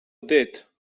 det